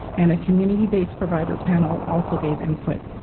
and a community-based provider panel also gave input.